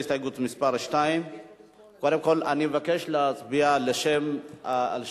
הסתייגות מס' 2. קודם כול אני מבקש להצביע על שם החוק.